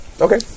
Okay